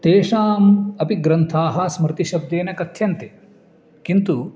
तेषाम् अपि ग्रन्थाः स्मृतिशब्देन कथ्यन्ते किन्तु